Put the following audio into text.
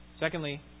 Secondly